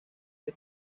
que